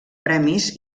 premis